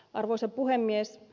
arvoisa puhemies